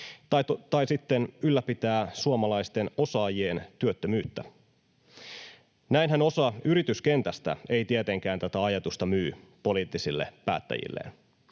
tai sitten ylläpitää suomalaisten osaajien työttömyyttä. Näinhän osa yrityskentästä ei tietenkään tätä ajatusta myy poliittisille päättäjilleen.